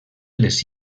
les